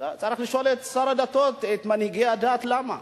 צריך לשאול את שר הדתות, את מנהיגי הדת, למה.